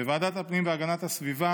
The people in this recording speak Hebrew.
בוועדת הפנים והגנת הסביבה